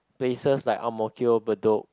places like Ang-Mo-Kio Bedok